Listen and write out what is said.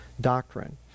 doctrine